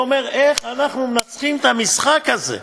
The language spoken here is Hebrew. ואומר: איך אנחנו מנצחים במשחק הזה?